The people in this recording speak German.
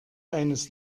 eines